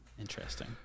interesting